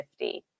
50